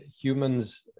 humans